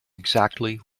exactly